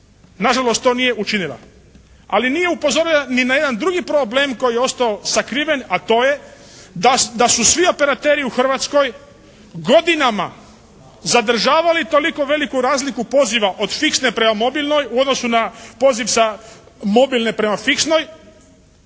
Nažalost, to nije učinila. Ali nije upozorila ni na jedan drugi problem koji je ostao sakriven a to je da su svi operateri u Hrvatskoj godinama zadržavali toliko veliku razliku od fiksne prema mobilnoj u odnosu na poziv sa mobilne prema fiksnoj.